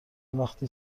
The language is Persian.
وقتی